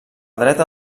dreta